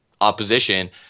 opposition